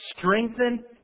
strengthen